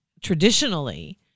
traditionally